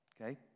Okay